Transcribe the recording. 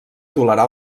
tolerar